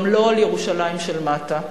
גם לא על ירושלים של מטה.